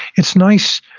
it's nice.